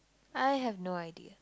I have no idea